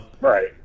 Right